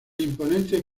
imponente